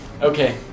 Okay